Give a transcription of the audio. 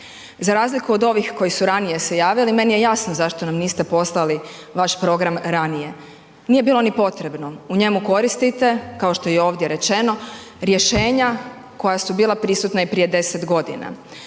Za razliku od ovih koji su se ranije javili meni je jasno zašto nam niste poslali vaš program ranije. Nije bilo ni potrebno. U njemu koristite, kao što je ovdje i rečeno, rješenja koja su bila prisutna i prije deset godina.